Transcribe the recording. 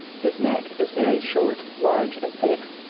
his neck is very short, large and thick,